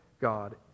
God